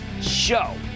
show